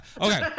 Okay